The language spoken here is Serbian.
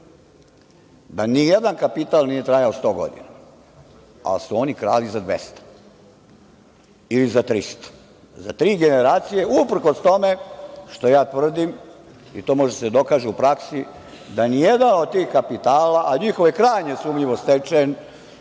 da nijedan kapital nije trajao 100 godina, ali su oni krali za 200 ili za 300. Za tri generacije uprkos tome što tvrdim i to može da se dokaže u praksi, da nijedan od tih kapitala, a njihov je krajnje sumnjivo stečen